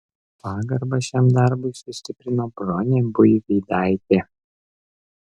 pagarbą šiam darbui sustiprino bronė buivydaitė